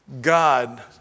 God